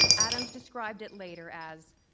adams described it later as,